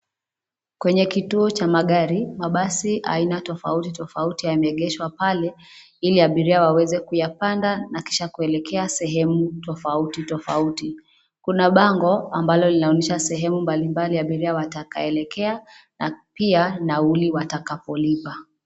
Kwenye kituo cha magari, mabasi aina tofauti tofauti yameegeshwa pale, ili abiria waweze kuyapanda na kisha kuelekea sehemu tofauti tofauti. Kuna bango, ambalo linaonyesha sehemu mbalimbali abiria watakaelekea na pia, nauli watakapolipa.